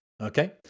okay